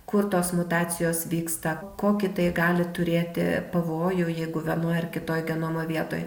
kur tos mutacijos vyksta kokį tai gali turėti pavojų jeigu vienoj ar kitoj genomo vietoj